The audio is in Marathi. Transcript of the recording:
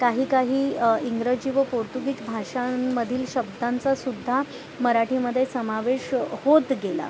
काही काही इंग्रजी व पोर्तुगीज भाषां मधील शब्दांचासुद्धा मराठीमध्ये समावेश होत गेला